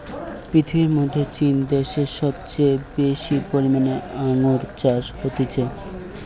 পৃথিবীর মধ্যে চীন দ্যাশে সবচেয়ে বেশি পরিমানে আঙ্গুর চাষ হতিছে